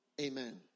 Amen